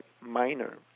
minor